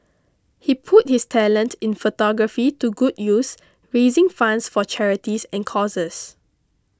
he put his talent in photography to good use raising funds for charities and causes